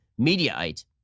Mediaite